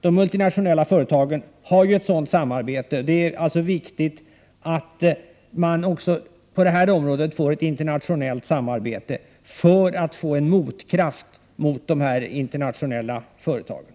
De multinationella företagen har ju ett sådant samarbete, och det är viktigt att man också när det gäller kontrollen får ett internationellt samarbete för att få en motkraft mot de internationella företagen.